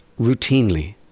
routinely